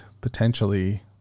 potentially